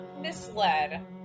misled